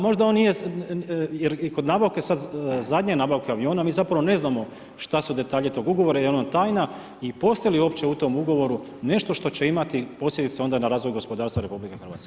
Možda on nije jer i kod nabavke sad, zadnje nabavke aviona mi zapravo ne znamo šta su detalji tog ugovora jer on tajna i postoji li uopće u tom ugovoru nešto što će imati posljedice onda na razvoj gospodarstva RH.